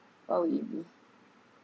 what would it be